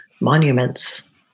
monuments